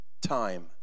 time